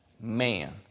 man